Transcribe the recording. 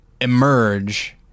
emerge